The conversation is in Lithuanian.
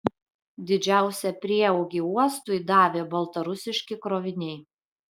didžiausią prieaugį uostui davė baltarusiški kroviniai